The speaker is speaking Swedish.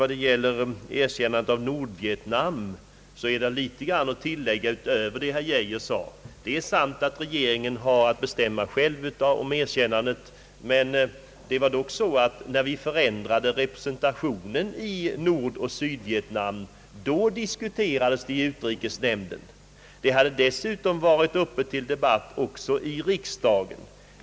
När det gäller erkännandet av Nordvietnam finns det en del att tillägga utöver vad herr Geijer anförde. Det är sant att regeringen har att själv bestämma om ett erkännande. Men då är att märka att frågan om den förändrade representationen i Nordoch Sydvietnam hade diskuterats i utrikesnämnden tidigare. Frågan hade dessutom varit uppe till debatt i riksdagen.